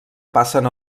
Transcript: passen